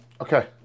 Okay